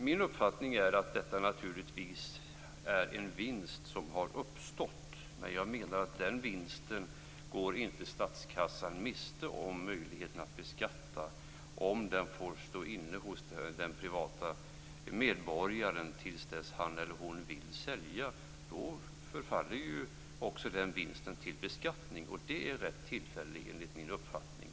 Min uppfattning är att detta naturligtvis är en vinst som har uppstått, men jag menar att statskassan inte går miste om möjligheten att beskatta den vinsten om den får stå inne hos den privata medborgaren till dess att han eller hon vill sälja. Då förfaller ju också den vinsten till beskattning, och det är rätt tillfälle enligt min uppfattning.